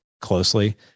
closely